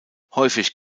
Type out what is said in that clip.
häufig